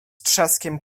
trzaskiem